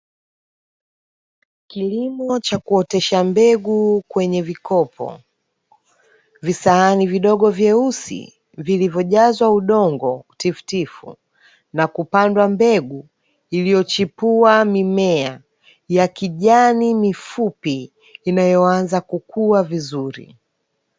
Kilimo cha kuotesha mbegu kwenye vikopo, visahani vidogo vyeusi vilivyo jazwa udongo tifutifu na kupandwa mbegu iliyo chipua mimea ya kijani mifupi, inayoanza kukua vizuri.